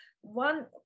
One